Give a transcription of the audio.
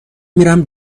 میرم